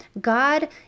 God